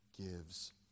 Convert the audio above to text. gives